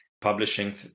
publishing